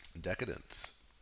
Decadence